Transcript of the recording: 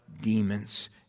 demons